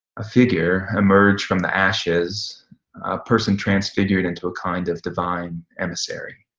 a figure emerge from the ashes, a person transfigured into a kind of divine emissary,